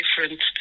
different